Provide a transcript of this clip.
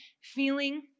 feeling